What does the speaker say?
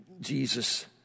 Jesus